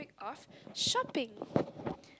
of shopping